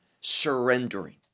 surrendering